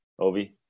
Ovi